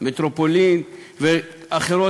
"מטרופולין" ואחרות,